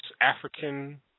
African